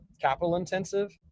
capital-intensive